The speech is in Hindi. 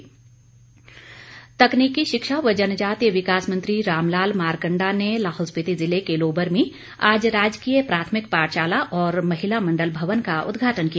मारकंडा तकनीकी शिक्षा व जनजातीय विकास मंत्री रामलाल मारकंडा ने लाहौल स्पिति जिले के लोबर में आज राजकीय प्राथमिक पाठशाला और महिला मंडल भवन का उद्घाटन किया